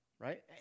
right